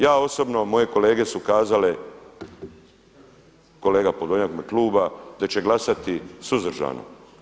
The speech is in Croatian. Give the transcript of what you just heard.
Ja osobno, moje kolege su kazale, kolega Podolnjak u ime kluba, da će glasati suzdržano.